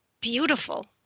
beautiful